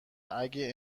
اگه